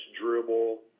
dribble